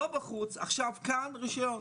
לא בחוץ, עכשיו כאן רשיון.